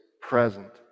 Present